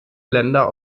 länder